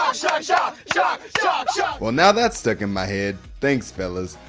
um shark, shark shark, shark, shark well, now that's stuck in my head. thanks, fellas.